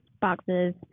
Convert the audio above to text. boxes